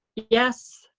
yes.